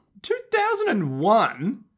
2001